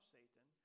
Satan